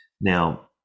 Now